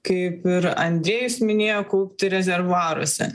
kaip ir andrėjus minėjo kaupti rezervuaruose